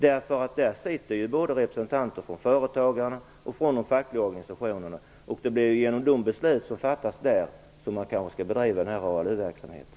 Där sitter ju representanter både för företagarna och de fackliga organisationerna. Det är genom de beslut som fattas där som ALU-verksamheten kanske skall bedrivas.